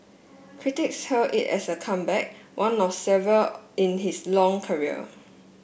critics hailed it as a comeback one of several in his long career